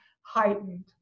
heightened